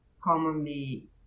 commonly